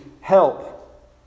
help